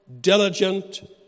diligent